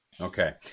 Okay